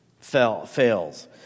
fails